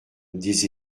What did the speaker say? des